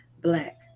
black